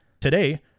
Today